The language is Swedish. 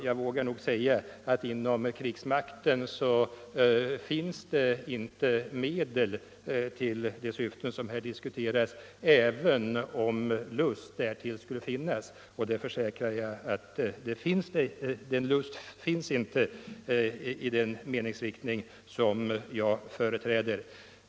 Jag vågar nog därför säga att det inom krigsmakten inte finns medel att fylla sådana syften som här diskuteras, även om lust därtill skulle finnas — och jag försäkrar att någon sådan lust inte finns inom den meningsriktning som jag företräder.